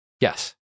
Yes